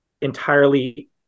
entirely